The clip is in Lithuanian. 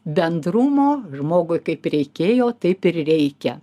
bendrumo žmogui kaip reikėjo taip ir reikia